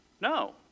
No